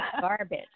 garbage